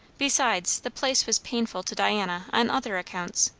besides, the place was painful to diana on other accounts.